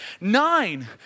Nine